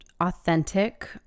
authentic